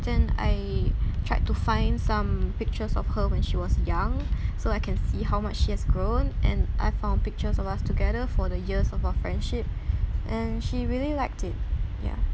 then I tried to find some pictures of her when she was young so I can see how much she has grown and I found pictures of us together for the years of our friendship and she really liked it ya